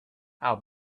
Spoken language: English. how